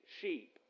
sheep